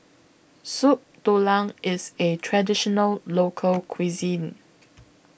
Soup Tulang IS A Traditional Local Cuisine